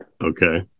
Okay